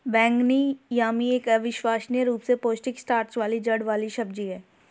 बैंगनी यामी एक अविश्वसनीय रूप से पौष्टिक स्टार्च वाली जड़ वाली सब्जी है